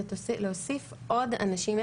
זה להוסיף עוד אנשים.